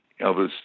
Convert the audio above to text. Elvis